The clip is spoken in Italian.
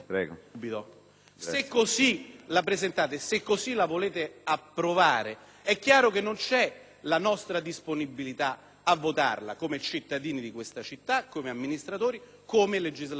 Se così la presentate e se così la volete approvare, è chiaro che non c'è la nostra disponibilità a votarla, come cittadini di questa città, come amministratori e come legislatori responsabili;